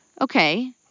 Okay